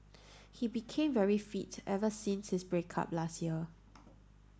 he became very fit ever since his break up last year